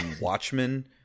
Watchmen